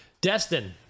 Destin